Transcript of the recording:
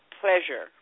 pleasure